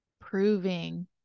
proving